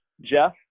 Jeff